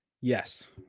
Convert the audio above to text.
Yes